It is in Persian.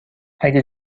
اگه